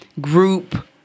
group